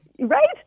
Right